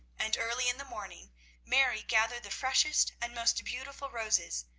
and early in the morning mary gathered the freshest and most beautiful roses,